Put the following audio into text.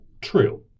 True